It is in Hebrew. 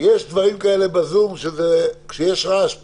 יש דברים כאלה ב"זום" שכשיש רעש פה,